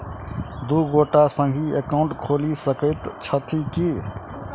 दु गोटे संगहि एकाउन्ट खोलि सकैत छथि की?